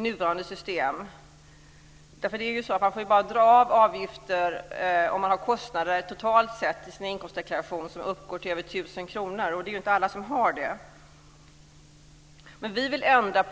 Man får dra av avgifter bara om man har kostnader som totalt sett uppgår till över 1 000 kr i inkomstdeklarationen, och det har inte alla. Vi vill dock ändra